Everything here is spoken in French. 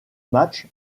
match